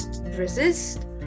resist